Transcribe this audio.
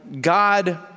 God